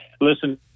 listen